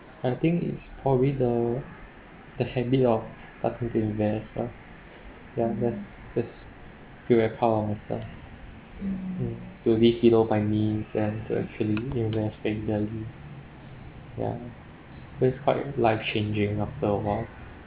I think it's probably the the habit of starting to invest lor ya that's this feel very proud of myself mm to be halo by me then to actually invest benderly yeah this quite life changing after a while